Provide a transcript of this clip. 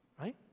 Right